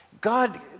God